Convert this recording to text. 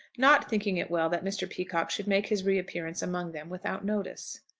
not thinking it well that mr. peacocke should make his reappearance among them without notice.